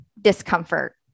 discomfort